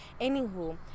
Anywho